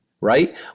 right